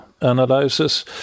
analysis